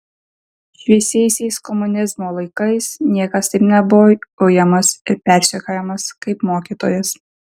šviesiaisiais komunizmo laikais niekas taip nebuvo ujamas ir persekiojamas kaip mokytojas